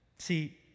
See